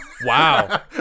Wow